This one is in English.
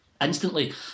Instantly